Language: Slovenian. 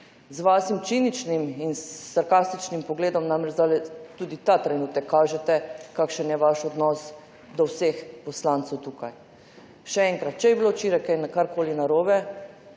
Z vašim ciničnim in sarkastičnim pogledom tudi ta trenutek kažete kakšen je vaš odnos do vseh poslancev tukaj. Še enkrat, če je bilo včeraj karkoli narobe,